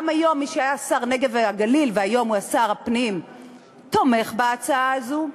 גם היום מי שהיה שר הנגב והגליל והיום הוא שר הפנים תומך בהצעה הזאת,